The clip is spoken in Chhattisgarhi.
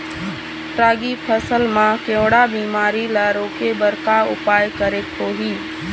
रागी फसल मा केवड़ा बीमारी ला रोके बर का उपाय करेक होही?